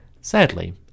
Sadly